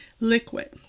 liquid